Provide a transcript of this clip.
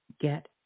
get